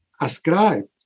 ascribed